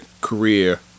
career